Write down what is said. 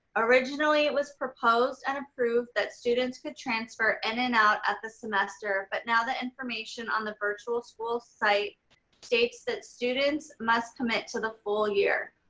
originally it was proposed and approved that students could transfer in and out at the semester, but now the information on the virtual school site states that students must commit to the full year.